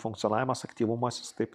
funkcionavimas aktyvumas jis taip